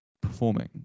performing